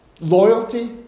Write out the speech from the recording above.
Loyalty